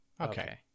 Okay